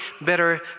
better